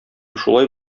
шулай